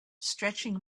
stretching